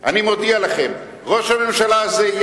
אני מודיע לכם: ראש הממשלה הזה,